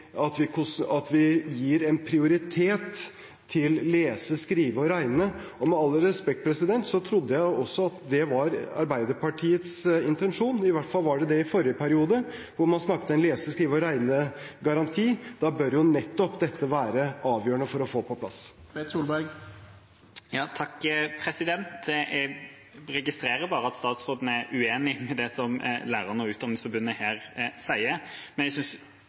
Når vi nå får lærernormen på plass, kan vi ta et skritt videre, nemlig at vi gir en prioritet til lesing, skriving og regning. Med all respekt trodde jeg det også var Arbeiderpartiets intensjon. Iallfall var det det i forrige periode, da man snakket om en lese-, skrive- og regnegaranti. Da bør nettopp dette være avgjørende å få på plass. Jeg registrerer at statsråden er uenig i det som lærerne og Utdanningsforbundet sier. Jeg